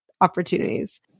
opportunities